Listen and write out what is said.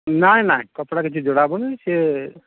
ନାଇଁ ନାଇଁ ନାଇଁ କପଡ଼ା କିଛି ଜୋଡ଼ା ହେବନି ସିଏ